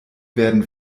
wurden